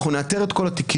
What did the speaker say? אנחנו נאתר את כל התיקים,